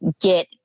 get